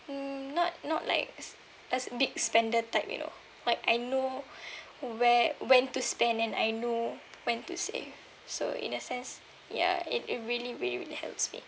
mm not not like a big spender type you know but I know where when to spend and I know when to save so in a sense ya it it really really really helps me